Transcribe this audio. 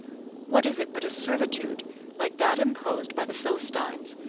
what is it but a servitude like that imposed by the philistines,